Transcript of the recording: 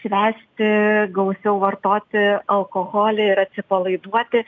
švęsti gausiau vartoti alkoholį ir atsipalaiduoti